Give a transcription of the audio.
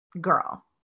girl